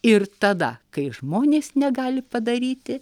ir tada kai žmonės negali padaryti